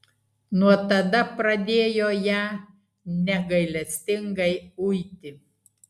nuo tada pradėjo ją negailestingai uiti